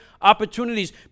opportunities